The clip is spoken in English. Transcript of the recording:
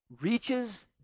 reaches